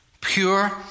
pure